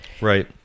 Right